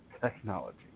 Technology